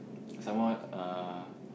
some more uh